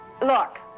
Look